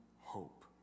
hope